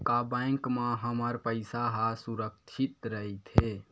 का बैंक म हमर पईसा ह सुरक्षित राइथे?